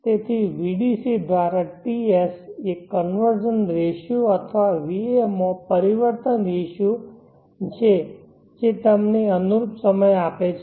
તેથી vdc દ્વારા TS એ કન્વર્ઝન રેશિયો અથવા va માં પરિવર્તન રેશિયો છે જે તમને અનુરૂપ સમય આપે છે